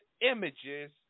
images